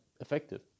effective